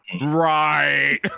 Right